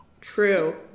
True